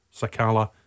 Sakala